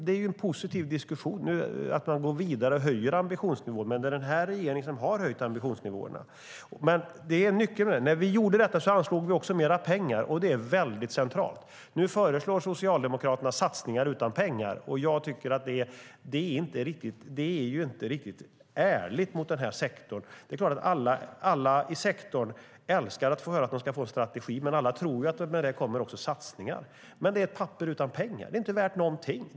Det är positivt att man går vidare och höjer ambitionsnivån, men det är den här regeringen som har höjt ambitionsnivåerna. När vi gjorde detta anslog vi också mer pengar, och det är centralt. Nu föreslår Socialdemokraterna satsningar utan pengar, och det är inte riktigt ärligt mot den här sektorn. Det är klart att alla i sektorn älskar att höra att de ska få en strategi, men alla tror ju att det kommer satsningar tillsammans med det. Men det är alltså ett papper utan pengar.